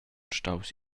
staus